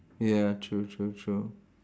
ya true true true